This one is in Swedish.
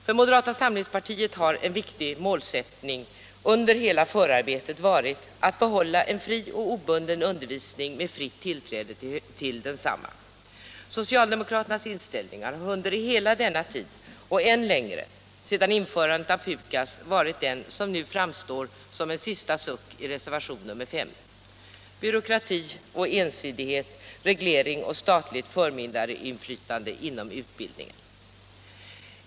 För moderata samlingspartiet har en viktig målsättning under detta förarbete varit att behålla en fri och obunden högskoleundervisning med forskning inom fritt tillträde. Socialdemokraternas inställning har under hela denna tid och än längre — sedan införandet av PUKAS -— varit den som nu framstår som en sista suck i reservationen 5: byråkrati och ensidighet, reglering och statligt förmyndarinflytande inom utbildningen.